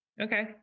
Okay